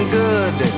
good